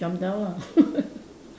jump down lah